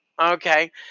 okay